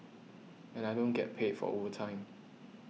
and I don't get paid for overtime